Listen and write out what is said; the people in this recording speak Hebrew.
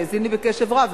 שהאזין לי בקשב רב,